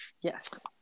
Yes